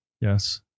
Yes